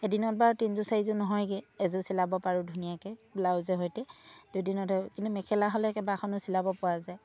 এদিনত বাৰু তিনিযোৰ চাৰিযোৰ নহয়গৈ এযোৰ চিলাব পাৰোঁ ধুনীয়াকৈ ব্লাউজৰ সৈতে দুদিনত কিন্তু মেখেলা হ'লে কেইবাখনো চিলাব পৰা যায়